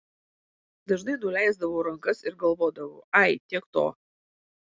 dažnai nuleisdavau rankas ir galvodavau ai tiek to